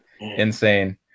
insane